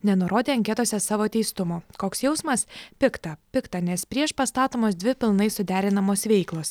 nenurodė anketose savo teistumo koks jausmas pikta pikta nes prieš pastatomos dvi pilnai suderinamos veiklos